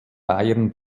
bayern